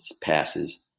passes